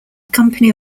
company